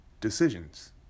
decisions